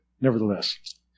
nevertheless